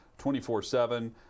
24-7